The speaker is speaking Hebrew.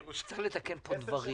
השאלה --- שנייה.